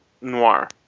noir